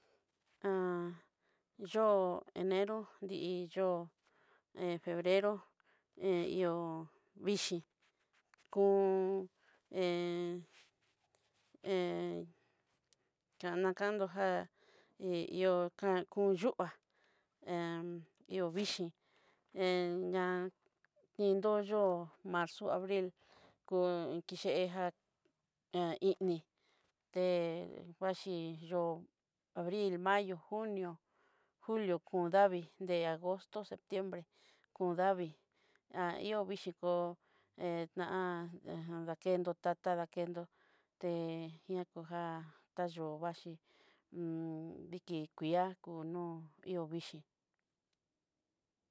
yóo enero nri yóo febrero he ihó vixhii, kún kanakandó jé i'ihó kan kun yu'a hó vixhii, kindó yóo marzo abril kon kiyeá a ini he vaxhi yóo abril, mayo, junio, julio kon davii de agosto septiembre kon davii a ihó vixhii kó he tan nakendo tata dakendó té ñakoja ta yóo xhi diki kue'a kono ihó vixhii.